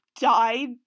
died